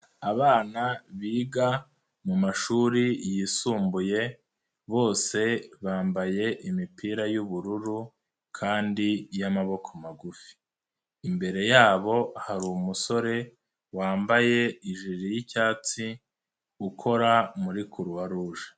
Abana biga mu mashuri yisumbuye bose bambaye imipira y'ubururu kandi y'amaboko magufi, imbere yabo hari umusore wambaye ijire y'icyatsi ukora muri kuruwaruje.